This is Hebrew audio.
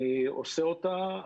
אני עושה אותה,